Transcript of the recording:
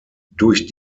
durch